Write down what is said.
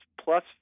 plus